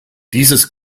dieses